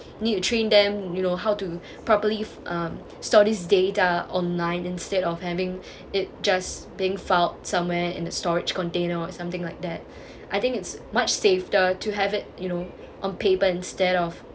you need to train them you know how to properly um store this data online instead of having it just being filed somewhere in a storage container or something like that I think it's much safer to have it you know on paper instead of